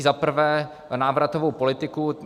Za prvé návratovou politiku.